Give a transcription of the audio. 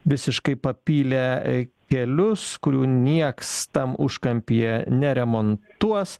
visiškai papylę kelius kurių nieks tam užkampyje neremontuos